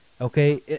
okay